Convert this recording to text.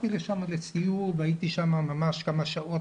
באתי לשם לסיור והייתי שם ממש כמה שעות,